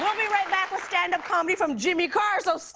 right back with stand-up comedy from jimmy carr, so